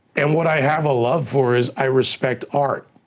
and what i have a love for is i respect art.